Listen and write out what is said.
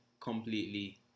completely